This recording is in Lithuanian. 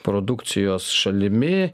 produkcijos šalimi